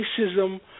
racism